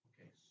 Okay